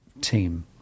team